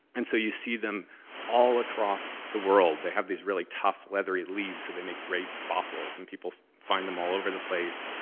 and so you see them all across the world. they have these really tough, leathery leaves, so they make great fossils. and people find them all over the place.